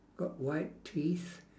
got white teeth